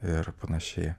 ir panašiai